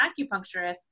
acupuncturist